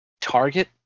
Target